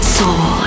soul